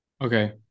Okay